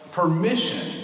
permission